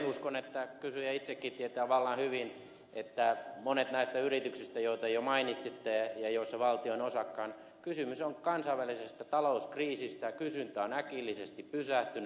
uskon että kysyjä itsekin tietää vallan hyvin että monissa näistä yrityksistä joita jo mainitsitte ja joissa valtio on osakkaana kysymys on kansainvälisestä talouskriisistä kysyntä on äkillisesti pysähtynyt